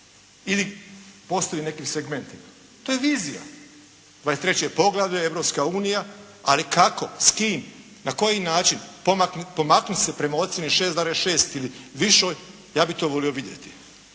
ili postoji u nekim segmentima. To je vizija. 23 poglavlje, Europska unija, ali kako, s kim, na koji način pomaknuti se prema ocjeni 6,6 ili višoj, ja bih to volio vidjeti.